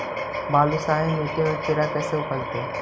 बालुसाहि मट्टी में खिरा कैसे उपजतै?